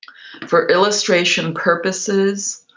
for illustration purposes,